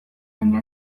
baina